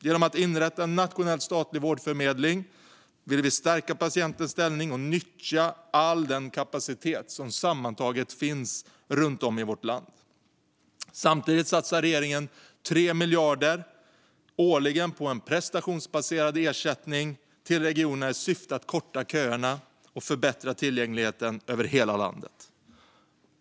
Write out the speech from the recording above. Genom att inrätta en nationell statlig vårdförmedling vill vi stärka patienternas ställning och nyttja all den kapacitet som sammantaget finns runt om i vårt land. Samtidigt satsar regeringen 3 miljarder årligen på en prestationsbaserad ersättning till regionerna i syfte att korta köerna och förbättra tillgängligheten över hela landet.